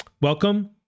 Welcome